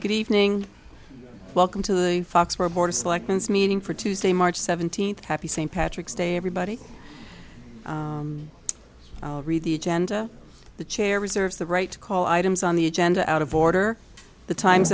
good evening welcome to the fox reporter slackens meeting for tuesday march seventeenth happy st patrick's day everybody read the agenda the chair reserves the right to call items on the agenda out of order the times